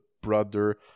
brother